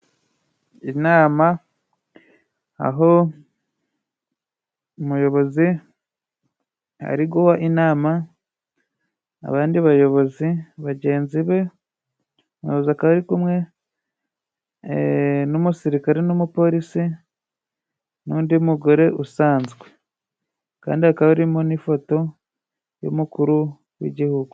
Inama .Aho umuyobozi ari guha inama abandi bayobozi bagenzi be. Umuyobozi akaba ari kumwe n'umusirikare n'umupolisi n'undi mugore usanzwe, kandi hakaba harimo n'ifoto y'umukuru w'igihugu.